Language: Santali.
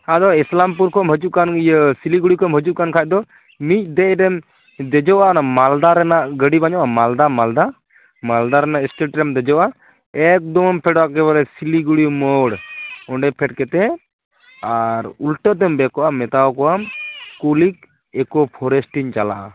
ᱟᱫᱚ ᱤᱥᱞᱟᱢᱯᱩᱨ ᱠᱷᱚᱱ ᱦᱤᱡᱩᱜ ᱠᱟᱱ ᱤᱭᱟᱹ ᱥᱤᱞᱤᱜᱩᱲᱤ ᱠᱷᱚᱡ ᱮᱢ ᱦᱤᱡᱩᱜ ᱠᱟᱱ ᱠᱷᱟᱡ ᱫᱚ ᱢᱤᱫ ᱫᱮᱡ ᱨᱮᱢ ᱫᱮᱡᱚᱜᱼᱟ ᱟᱨ ᱢᱟᱞᱫᱟ ᱨᱮᱱᱟᱜ ᱜᱟᱹᱰᱤ ᱧᱟᱢᱚᱜᱼᱟ ᱢᱟᱞᱫᱟ ᱢᱟᱞᱫᱟ ᱢᱟᱞᱫᱟ ᱨᱮᱱᱟᱜ ᱮᱥᱴᱮᱴ ᱨᱮᱢ ᱫᱮᱡᱚᱜᱼᱟ ᱮᱠᱫᱚᱢ ᱮᱢ ᱯᱷᱮᱰᱚᱜᱼᱟ ᱮᱠᱮᱵᱟᱨᱮ ᱥᱤᱞᱤᱜᱩᱲᱤ ᱢᱳᱲ ᱚᱸᱰᱮ ᱯᱷᱮᱰ ᱠᱟᱛᱮᱫ ᱟᱨ ᱩᱞᱴᱟᱹ ᱛᱮᱢ ᱵᱮᱠᱚᱜᱼᱟ ᱢᱮᱛᱟᱣᱟᱠᱚᱣᱟᱢ ᱠᱩᱞᱤᱠ ᱮᱠᱳ ᱯᱷᱚᱨᱮᱥᱴ ᱤᱧ ᱪᱟᱞᱟᱜᱼᱟ